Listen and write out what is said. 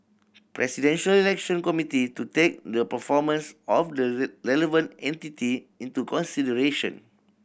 Presidential Election Committee to take the performance of the relevant entity into consideration